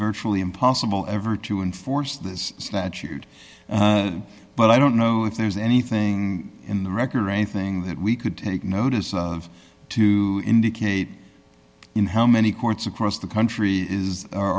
virtually impossible ever to enforce this statute but i don't know if there's anything in the record or anything that we could take notice of to indicate in how many courts across the country is